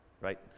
Right